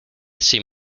sin